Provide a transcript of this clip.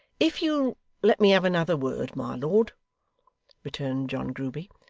if you'll let me have another word, my lord returned john grueby,